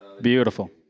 Beautiful